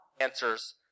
answers